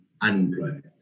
unemployment